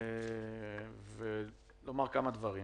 ראשית,